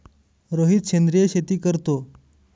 रोहित सेंद्रिय शेती करतो